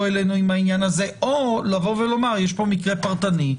אלינו עם העניין הזה או לבוא ולומר שיש פה מקרה פרטני,